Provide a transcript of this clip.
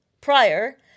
prior